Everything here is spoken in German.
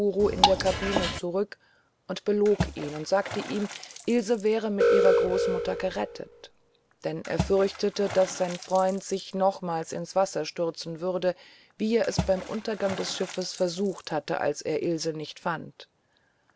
in der kabine zurück und belog ihn und sagte ihm ilse wäre mit ihrer großmutter gerettet denn er fürchtete daß sein freund sich nochmals ins wasser stürzen würde wie er es beim untergang des schiffes versucht hatte als er ilse nicht fand